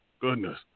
Goodness